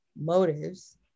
motives